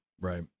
Right